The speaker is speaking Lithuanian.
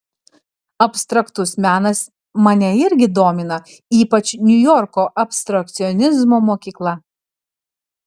abstraktus menas mane irgi domina ypač niujorko abstrakcionizmo mokykla